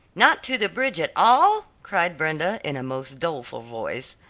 not to the bridge at all! cried brenda, in a most doleful voice.